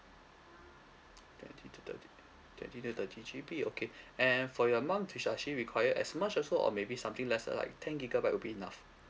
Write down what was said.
twenty to thirty twenty to thirty G_B okay and for your mum do does she require as much also or maybe something lesser like ten gigabyte would be enough